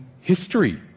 history